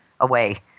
away